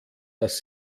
dass